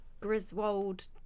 Griswold